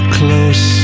close